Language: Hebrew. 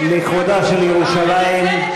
לכבודה של ירושלים.